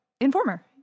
informer